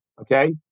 okay